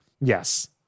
Yes